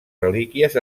relíquies